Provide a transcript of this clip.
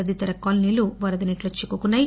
తదితర కాలనీలు వరద నీటిలో చిక్కుకున్నాయి